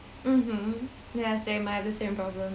mmhmm ya same I have the same problem